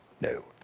No